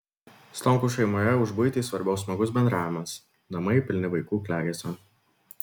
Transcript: stonkų šeimoje už buitį svarbiau smagus bendravimas namai pilni vaikų klegesio